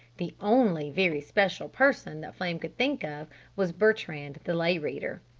the only very special person that flame could think of was bertrand the lay reader.